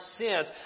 sins